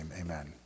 Amen